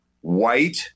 white